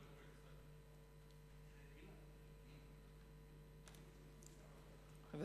חבר